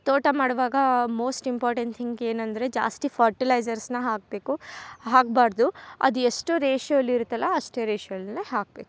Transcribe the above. ತೋಟ ಮಾಡುವಾಗ most important thing ಏನಂದರೆ ಜಾಸ್ತಿ ಫರ್ಟಿಲೈಜರ್ಸ್ನ ಹಾಕಬೇಕು ಹಾಕ್ಬಾರದು ಅದು ಎಷ್ಟು ರೇಷ್ಯೋ ಅಲ್ಲಿ ಇರುತ್ತಲ್ಲ ಅಷ್ಟೇ ರೇಷ್ಯೋದಲ್ಲೆ ಹಾಕಬೇಕು